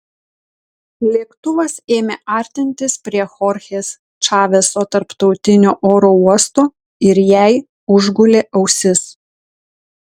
lėktuvas ėmė artintis prie chorchės čaveso tarptautinio oro uosto ir jai užgulė ausis